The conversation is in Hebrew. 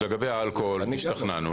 לגבי אלכוהול השתכנענו.